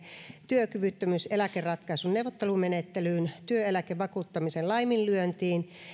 työkyvyttömyyseläkeratkaisun neuvottelumenettelyyn työeläkevakuuttamisen laiminlyöntiin